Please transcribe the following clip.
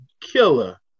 killer